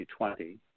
2020